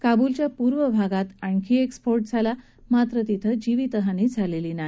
काब्लच्या पूर्व भागात आणखी एक स्फोट झाला मात्र तिथे कोणतीही जीवितहानी झालेली नाही